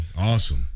Awesome